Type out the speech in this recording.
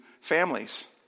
families